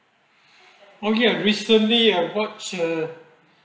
okay recently uh what ah